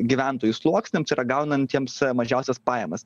gyventojų sluoksniam čia yra gaunantiems mažiausias pajamas